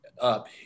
up